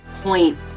point